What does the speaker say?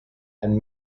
and